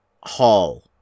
Hall